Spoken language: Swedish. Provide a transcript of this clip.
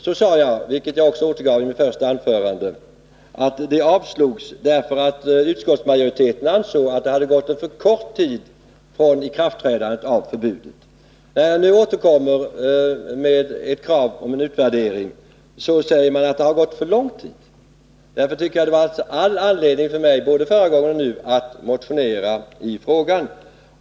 Jag sade då, vilket jag framhöll i mitt första anförande i dag, att det blev avslag, därför att utskottsmajoriteten ansåg att det hade förflutit en alltför kort tid efter ikraftträdandet av förbudet. När vi nu återkommer med krav på en utvärdering, säger man att det har gått för lång tid. Jag tycker därför att det funnits all anledning för mig, 29 både förra gången och nu, att motionera i frågan.